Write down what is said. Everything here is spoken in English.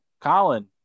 Colin